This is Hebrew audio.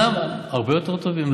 הרבה יותר טובים.